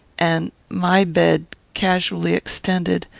and my bed, casually extended,